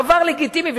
דבר לגיטימי.